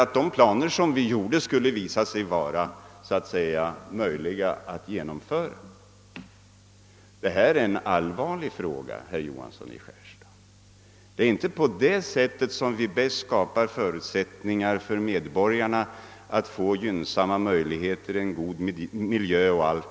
Detta är en allvarlig fråga, herr Johansson i Skärstad. Det är inte på det sättet som vi skapar förutsättningar för att bereda medborgarna en god miljö.